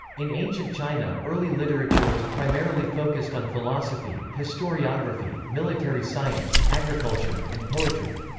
in ancient china, early literature was primarily focused on philosophy, historiography, military science, agriculture, and poetry.